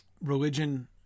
religion